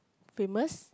famous